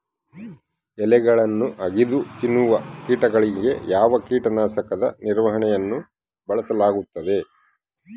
ಎಲೆಗಳನ್ನು ಅಗಿದು ತಿನ್ನುವ ಕೇಟಗಳಿಗೆ ಯಾವ ಕೇಟನಾಶಕದ ನಿರ್ವಹಣೆಯನ್ನು ಬಳಸಲಾಗುತ್ತದೆ?